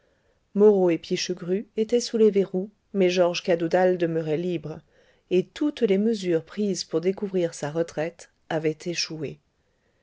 moreau et pichegru étaient sous les verrous mais georges cadoudal demeurait libre et toutes les mesures prises pour découvrir sa retraite avaient échoué